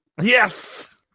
Yes